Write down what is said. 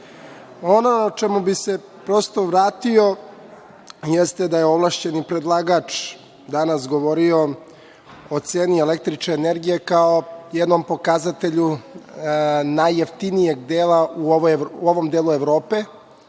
nije. Ono čemu bih se vratio jeste da je ovlašćeni predlagač danas govorio o ceni električne energije kao jednom pokazatelju najjeftinijeg dela u ovom delu Evrope